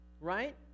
Right